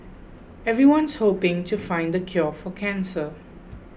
everyone's hoping to find the cure for cancer